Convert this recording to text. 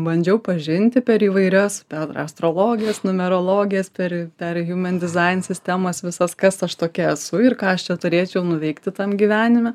bandžiau pažinti per įvairias per astrologijos numerologijos per per hiuman dizain sistemas visas kas aš tokia esu ir ką aš čia turėčiau nuveikti tam gyvenime